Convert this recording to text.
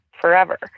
forever